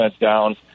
down